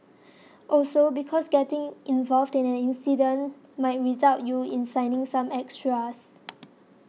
also because getting involved in an incident might result you in signing some extras